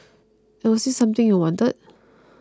and was this something you wanted